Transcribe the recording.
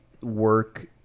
work